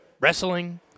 wrestling